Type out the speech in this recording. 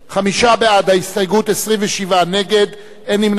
חמישה בעד ההסתייגות, 27 נגד, אין נמנעים.